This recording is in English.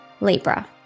Libra